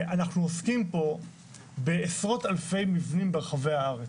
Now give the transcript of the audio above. אנחנו עוסקים פה בעשרות אלפי מבנים ברחבי הארץ.